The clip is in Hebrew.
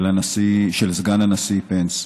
של סגן הנשיא פנס.